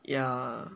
yeah